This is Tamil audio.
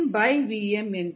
Kmvm என்பது 58